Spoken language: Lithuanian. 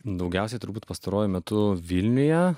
daugiausiai turbūt pastaruoju metu vilniuje